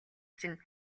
чинь